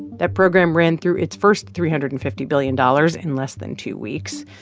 that program ran through its first three hundred and fifty billion dollars in less than two weeks,